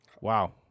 wow